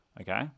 Okay